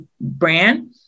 brand